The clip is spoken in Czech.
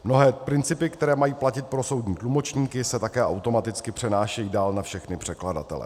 Mnohé principy, které mají platit pro soudní tlumočníky, se také automaticky přenášejí dál na všechny překladatele.